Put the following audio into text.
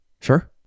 sure